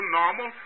normal